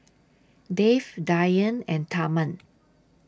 Dev Dhyan and Tharman